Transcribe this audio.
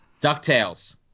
DuckTales